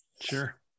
Sure